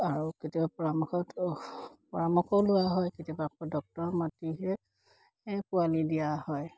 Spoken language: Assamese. আৰু কেতিয়াবা পৰামৰ্শতো পৰামৰ্শ লোৱা হয় কেতিয়াবা আকৌ ডক্তৰ মাতিহে হে পোৱালি দিয়া হয়